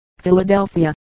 Philadelphia